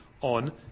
on